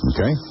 Okay